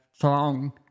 song